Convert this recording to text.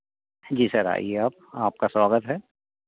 जी sir आइए आप आपका स्वागत है